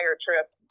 trip